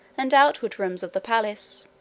and outward rooms of the palace.